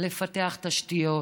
לפתח תשתיות,